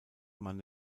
man